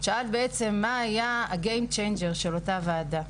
שאלת מה היה הגיים צ'יינג'ר של אותה ועדה.